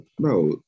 bro